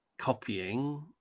copying